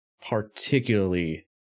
particularly